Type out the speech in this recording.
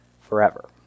forever